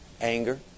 Anger